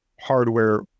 hardware